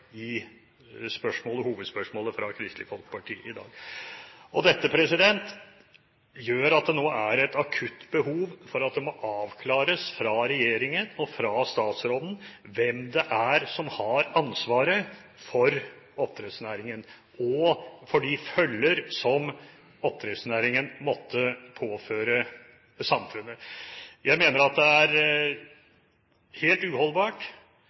i hovedspørsmålet fra Kristelig Folkeparti i dag. Dette gjør at det nå er et akutt behov for at det må avklares fra regjeringen og fra statsråden hvem det er som har ansvaret for oppdrettsnæringen og for de følger som oppdrettsnæringen måtte påføre samfunnet. Jeg mener det er helt uholdbart